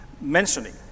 mentioning